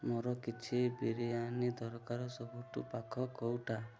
ମୋର କିଛି ବିରିୟାନୀ ଦରକାର ସବୁଠୁ ପାଖ କେଉଁଟା